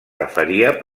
referia